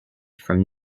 from